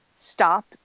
Stop